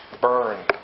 burn